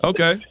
Okay